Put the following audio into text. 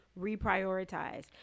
reprioritize